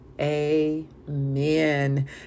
Amen